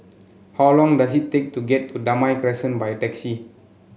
how long does it take to get to Damai Crescent by taxi